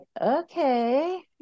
okay